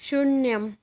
शून्यम्